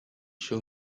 show